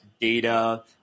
data